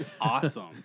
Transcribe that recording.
awesome